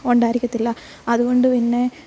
ഉണ്ടായിരിക്കത്തില്ല അത്കൊണ്ട് പിന്നെ